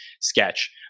sketch